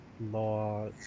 law